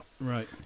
Right